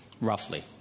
Roughly